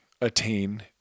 attain